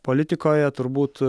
politikoje turbūt